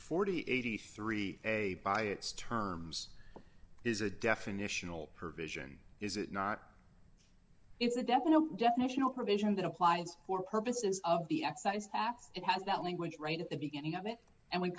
and eighty three a by its terms is a definitional her vision is it not it's a definite definitional provision that applies for purposes of the excise tax it has that language right at the beginning of it and when